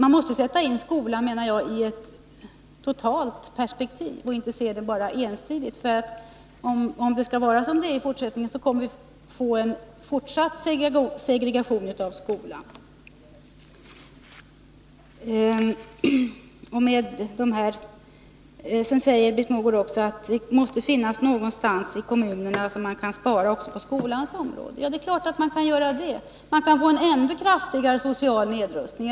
Vi måste sätta in skolan i ett helhetsperspektiv och inte bara se ensidigt på problemen där. Om skolan även i fortsättningen kommer att se ut som den i dag gör, får vi fortsatt segregation i skolan. Britt Mogård sade att kommunerna måste kunna spara någonstans på skolans område. Det är klart att kommunerna kan göra det. Vi kan få en ändå kraftigare social nedrustning.